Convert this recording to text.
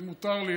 אם מותר לי,